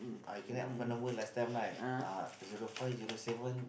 I can have one number last time right uh zero five zero seven